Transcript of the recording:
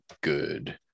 good